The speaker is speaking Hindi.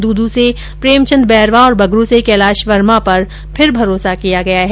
दूदू से प्रेम चंद बैरवा तथा बगरू से कैलाश वर्मा पर फिर भरोसा किया गया है